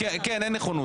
כן, אין נכונות.